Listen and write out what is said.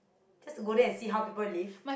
just to go there and see how people live